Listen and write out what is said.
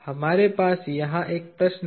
हमारे पास यहाँ एक प्रश्न है